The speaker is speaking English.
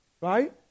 right